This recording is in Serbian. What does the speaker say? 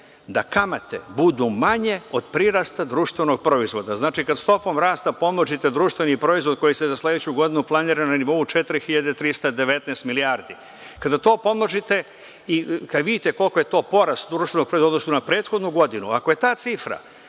da kamate budu manje od prirasta društvenog proizvoda. Znači, kada stopom rasta pomnožite društveni proizvod, koji se za sledeću godinu planira na nivou od 4.319 milijardi, kada to pomnožite i kada vidite koliki je to porast društvenog proizvoda u odnosu na prethodnu godinu, ako je ta cifra